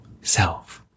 self